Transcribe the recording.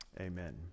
Amen